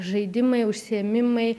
žaidimai užsiėmimai